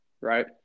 right